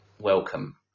welcome